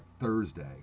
Thursday